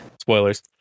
Spoilers